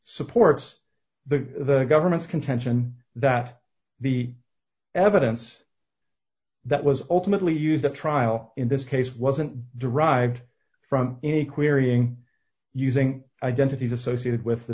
supports the government's contention that the evidence that was ultimately used the trial in this case wasn't derived from any querying using identities associated with the